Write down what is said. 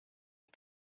and